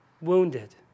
wounded